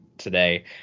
today